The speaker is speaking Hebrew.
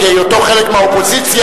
כהיותו חלק מהאופוזיציה,